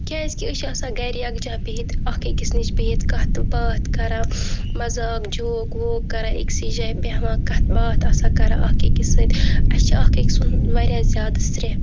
کیازِ کہِ أسۍ چھِ آسان گرِ یِکجاہ بِہِتھ اکھ أکِس نِش بِہِتھ کَتھ تہٕ باتھ کران مزق جوک ووک کران أکسی جایہِ بٮ۪ہوان کَتھ باتھ آسان کران اکھ أکِس سۭتۍ اَسہِ چھُ اکھ أکۍ سُند واریاہ زیادٕ سرہہ